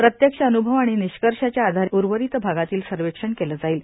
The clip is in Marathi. प्रत्यक्ष अन्भव आणि निष्कर्षाच्या आधारे उर्वरीत भागातील सर्वेक्षण केले जाईल